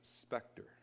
specter